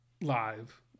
live